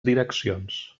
direccions